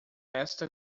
esta